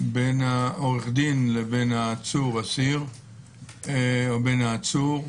בין עורך הדין לעצור/אסיר או בין העצור,